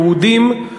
יהודים,